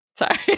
Sorry